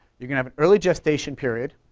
you're gonna have an early gestation period.